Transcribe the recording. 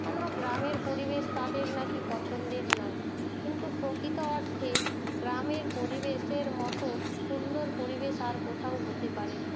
কেননা গ্রামের পরিবেশ তাদের নাকি পছন্দের নয় কিন্তু প্রকৃত অর্থে গ্রামের পরিবেশের মতো সুন্দর পরিবেশ আর কোথাও হতে পারে না